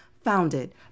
founded